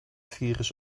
virus